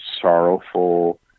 sorrowful